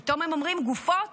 פתאום הם אומרים: גופות